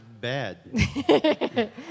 bad